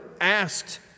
asked